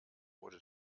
wurde